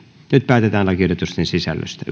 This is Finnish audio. nyt päätetään lakiehdotusten sisällöstä